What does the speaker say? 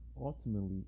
ultimately